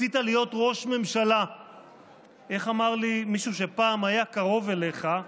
רצית להיות ראש ממשלה איך אמר לי מישהו שפעם היה קרוב אליך?